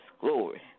glory